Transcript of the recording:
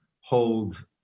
hold